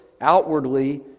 outwardly